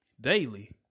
Daily